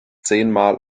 zehnmal